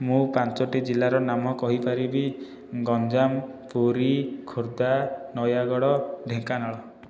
ମୁଁ ପାଞ୍ଚୋଟି ଜିଲ୍ଲାର ନାମ କହିପାରିବି ଗଞ୍ଜାମ ପୁରୀ ଖୋର୍ଦ୍ଧା ନୟାଗଡ଼ ଢେଙ୍କାନାଳ